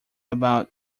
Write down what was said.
about